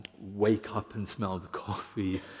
wake-up-and-smell-the-coffee